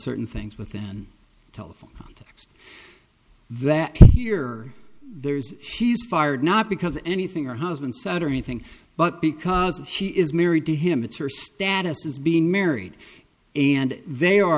certain things within telephone that here there's she's fired not because of anything her husband sat or anything but because she is married to him it's her status is being married and they are